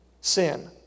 sin